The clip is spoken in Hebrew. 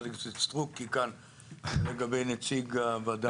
או תוכנית לבניית מאות בתים על דופן אחרת של אותה גבעה?